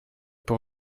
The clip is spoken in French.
pour